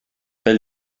pel